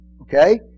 Okay